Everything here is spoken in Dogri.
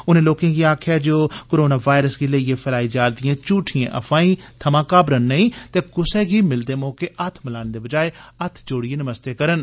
उनें लोकें गी आक्खेआ ऐ जे ओह् कोरोनावायरस गी लेईयै फैलाई जा'रदिएं झूठियें अफवाही थमां घाबरन नेई ते कुसै गी मिलदे मौके हत्थ मलाने दे बजाए हत्थ जोड़िएं नमस्ते करन